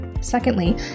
Secondly